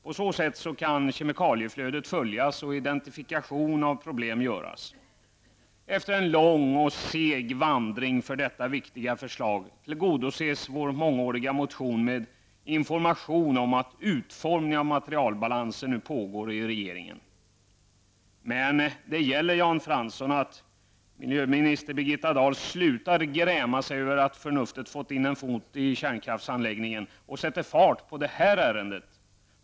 På så sätt kan kemikalieflödet följas och identifikation av problem göras. Efter en lång och seg vandring för detta viktiga förslag tillgodoses vår mångåriga motion med information om att utformningen av materialbalanser nu pågår i regeringen. Det gäller, Jan Fansson, att miljöminister Birgitta Dahl slutar gräma sig över att förnuftet fått in en fot i kärnkraftshandläggningen och sätter fart på detta ärende.